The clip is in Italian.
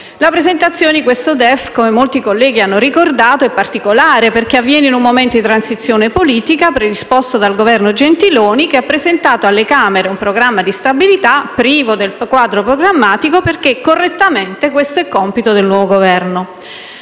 La presentazione di questo DEF, come molti colleghi hanno ricordato, è particolare, perché avviene in un momento di transizione politica: è stato predisposto dal Governo Gentiloni Silveri, che ha presentato alle Camere un programma di stabilità privo del quadro programmatico perché, correttamente, questo è compito del nuovo Governo.